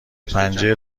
پنجه